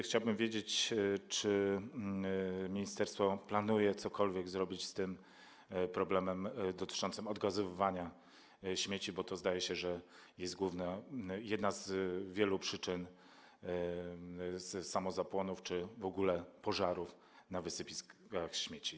Chciałbym też wiedzieć, czy ministerstwo planuje cokolwiek zrobić z problemem dotyczącym odgazowywania śmieci, bo zdaje się, że to jest główna, jedna z wielu przyczyn samozapłonów czy w ogóle pożarów na wysypiskach śmieci.